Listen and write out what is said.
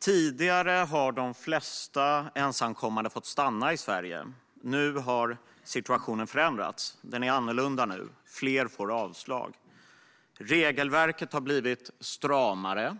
Tidigare har de flesta ensamkommande fått stanna i Sverige. Nu har situationen förändrats, den är annorlunda nu och fler får avslag. Regelverket har blivit stramare.